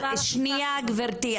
גברתי היושבת-ראש --- שנייה גברתי,